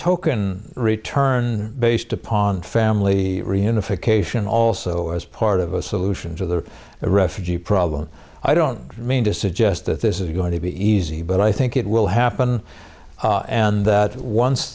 token return based upon family reunification also as part of a solution to the refugee problem i don't mean to suggest that this is going to be easy but i think it will happen and that once